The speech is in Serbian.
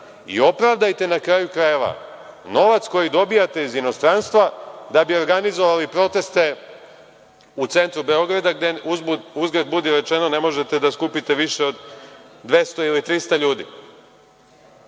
i opravdajte, na kraju krajeva, novac koji dobijate iz inostranstva da bi organizovali proteste u centru Beograda, gde, uzgred budi rečeno, ne možete da skupite više od 200 ili 300 ljudi. Što